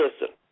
listen